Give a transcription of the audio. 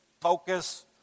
focus